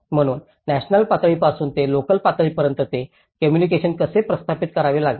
म्हणून नॅशनल पातळीपासून ते लोकल पातळीपर्यंत ते कोम्मुनिकेशन कसे स्थापित करावे लागेल